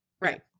Right